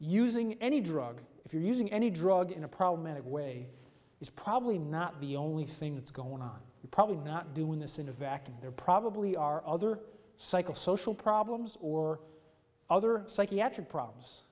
using any drug if you're using any drug in a problematic way it's probably not be only thing that's going on you're probably not doing this in a vacuum there probably are other cycle social problems or other psychiatric problems